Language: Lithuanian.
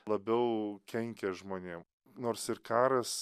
labiau kenkia žmonėm nors ir karas